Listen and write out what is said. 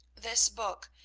this book,